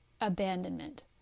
abandonment